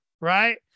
right